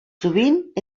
sovint